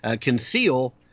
conceal